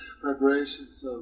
preparations